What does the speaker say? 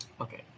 Okay